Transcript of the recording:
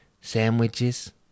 Sandwiches